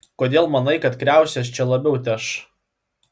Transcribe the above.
kodėl manai kad kriaušės čia labiau teš